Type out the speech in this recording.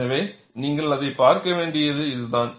எனவே நீங்கள் அதைப் பார்க்க வேண்டியது இதுதான்